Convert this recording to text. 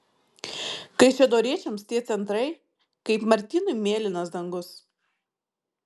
kaišiadoriečiams tie centrai kaip martynui mėlynas dangus